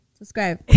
subscribe